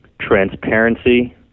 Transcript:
Transparency